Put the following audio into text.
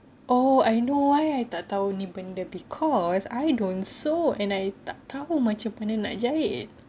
oh I know why I tak tahu ini benda cause I don't sew and I tak tahu macam mana nak jahit